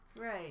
right